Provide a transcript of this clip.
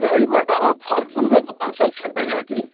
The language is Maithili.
हमरा ई बताबू फल फूलके दोकान सब छै बढ़िऑं की